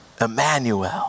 Emmanuel